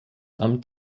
amt